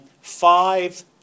Five